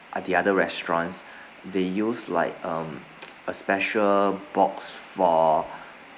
at the other restaurants they use like um a special box for